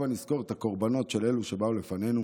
הבה נזכור את הקורבנות של אלה שבאו לפנינו